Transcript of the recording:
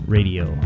Radio